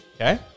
Okay